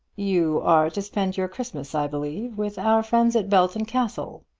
you are to spend your christmas, i believe, with our friends at belton castle?